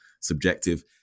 subjective